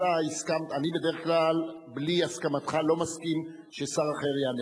אני בדרך כלל בלי הסכמתך לא מסכים ששר אחר יענה,